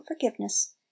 forgiveness